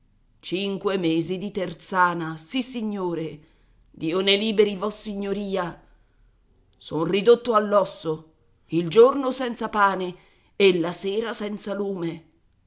cinque mesi di terzana sissignore dio ne liberi vossignoria son ridotto all'osso il giorno senza pane e la sera senza lume